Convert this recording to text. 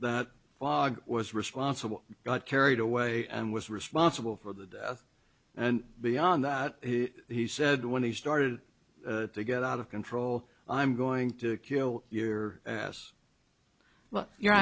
that dog was responsible got carried away and was responsible for the death and beyond that he said when he started to get out of control i'm going to kill your as